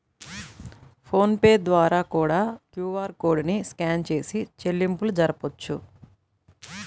phone pay ద్వారా కూడా QR code ని స్కాన్ చేసి చెల్లింపులు జరపొచ్చు